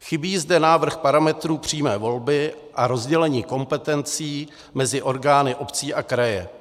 Chybí zde návrh parametrů přímé volby a rozdělení kompetencí mezi orgány obcí a kraje.